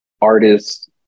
artists